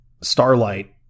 starlight